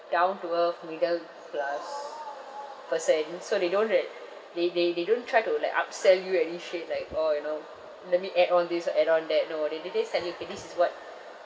down to earth middle class person so they don't rea~ they they they don't try to like upsell you any shit like orh you know let me add on this or add on that no they they they just tell you okay this is what